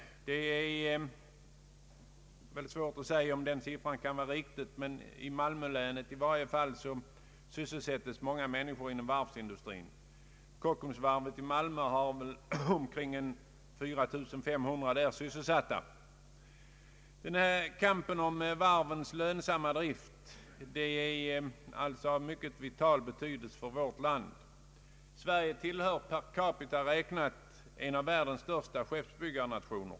Det är väl svårt att säga om den siffran kan vara riktig. I Malmölänet sysselsätts i varje fall många människor inom varvsindustrin. Kockumsvarvet i Malmö har omkring 4 500 sysselsatta. Kampen om varvens lönsamma drift är alltså av mycket vital betydelse för vårt land. Sverige tillhör per capita räknat världens största skeppsbyggarnationer.